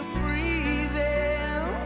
breathing